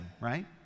right